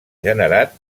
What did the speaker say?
generat